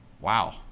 wow